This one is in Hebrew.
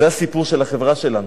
זה הסיפור של החברה שלנו.